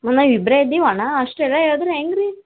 ಮತ್ತು ನಾವು ಇಬ್ಬರೇ ಇದ್ದೀವಿ ಅಣ್ಣ ಅಷ್ಟೆಲ್ಲ ಹೇಳಿದ್ರೆ ಹೆಂಗೆ ರೀ